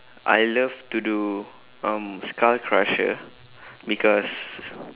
I love to do um skull crusher because